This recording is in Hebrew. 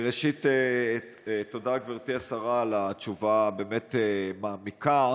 ראשית, תודה, גברתי השרה, על תשובה באמת מעמיקה,